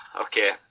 Okay